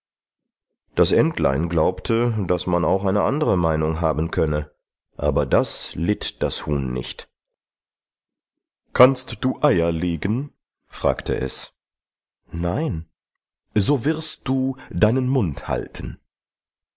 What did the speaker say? das entlein glaubte daß man auch eine andere meinung haben könne aber das litt das huhn nicht kannst du eier legen fragte es nein so wirst du deinen mund halten